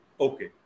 Okay